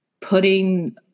putting